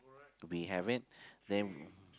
do we have it then